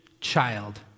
Child